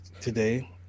today